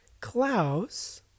Klaus